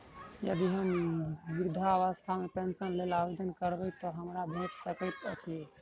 यदि हम वृद्धावस्था पेंशनक लेल आवेदन करबै तऽ हमरा भेट सकैत अछि?